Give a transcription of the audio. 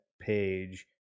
page